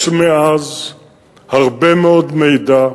יש מאז הרבה מאוד מידע,